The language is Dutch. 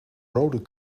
rode